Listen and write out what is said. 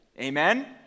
Amen